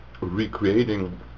recreating